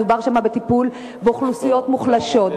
מדובר שם בטיפול באוכלוסיות מוחלשות,